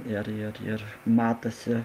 ir ir ir matosi